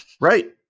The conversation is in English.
Right